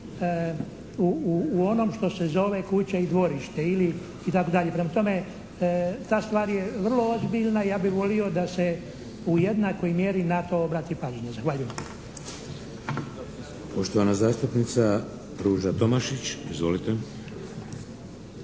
u onom što se zove "kuća i dvorište". Prema tome, ta stvar je vrlo ozbiljna, ja bih volio da se u jednakoj mjeri na to obrati pažnju. Zahvaljujem.